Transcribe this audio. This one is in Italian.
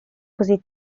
così